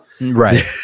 Right